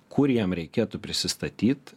kur jam reikėtų prisistatyt